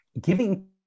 giving